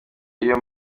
iyo